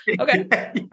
Okay